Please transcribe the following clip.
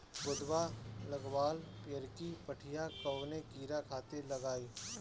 गोदवा लगवाल पियरकि पठिया कवने कीड़ा खातिर लगाई?